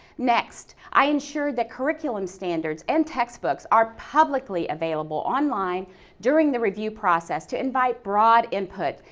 next, i ensure that curriculum standards and textbooks are publicly available on-line during the review process to invite broad input,